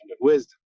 wisdom